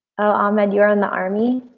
ahmed you're on the army.